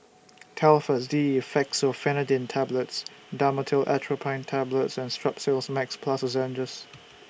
Telfast D Fexofenadine Tablets Dhamotil Atropine Tablets and Strepsils Max Plus Lozenges